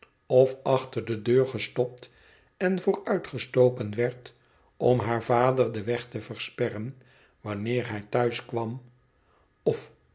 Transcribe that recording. of achter de deur gestopt en vooruitgestoken werd om haar vader den weg te versperren wanneer hij thuis kwam of